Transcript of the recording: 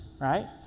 right